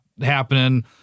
happening